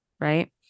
Right